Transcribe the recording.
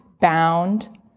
bound